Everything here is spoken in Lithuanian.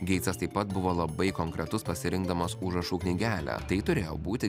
geitsas taip pat buvo labai konkretus pasirinkdamas užrašų knygelę tai turėjo būti